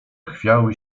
chwiały